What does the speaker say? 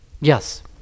yes